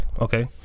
okay